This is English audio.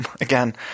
Again